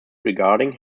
regarding